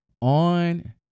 on